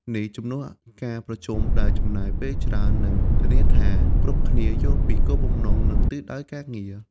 នេះជំនួសការប្រជុំដែលចំណាយពេលច្រើន និងធានាថាគ្រប់គ្នាយល់ពីគោលបំណង និងទិសដៅការងារ។